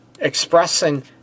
expressing